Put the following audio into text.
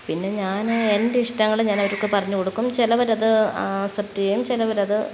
പിന്നെ ഞാൻ എൻ്റെ ഇഷ്ടങ്ങൾ ഞാനവർക്ക് പറഞ്ഞുകൊടുക്കും ചിലവരത് ആ എക്സെപ്റ്റ് ചെയ്യും ചിലവ രത്